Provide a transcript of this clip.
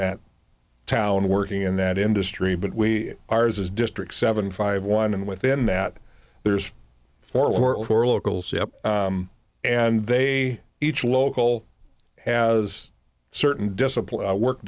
that town working in that industry but we are is district seven five one and within that there's four or four locals and they each local has certain discipline work